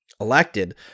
elected